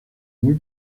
muy